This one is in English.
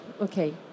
Okay